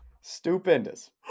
Stupendous